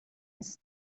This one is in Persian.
است